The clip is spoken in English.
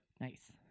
Nice